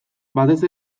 batez